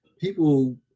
people